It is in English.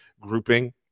grouping